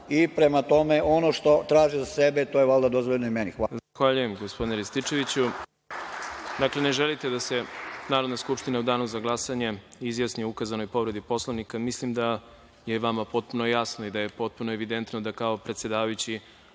Prema tome, ono što traže za sebe, to je valjda dozvoljeno i meni. Hvala.